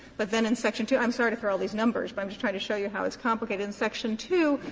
but then in section two i'm sorry to throw all these numbers, but i'm just trying to show you how it's complicated. in section two,